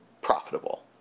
profitable